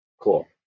Cool